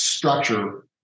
structure